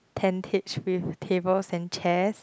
tentage with tables and chairs